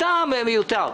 סתם מיותר.